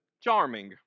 charming